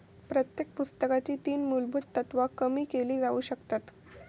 प्रत्येक पुस्तकाची तीन मुलभुत तत्त्वा कमी केली जाउ शकतत